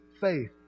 faith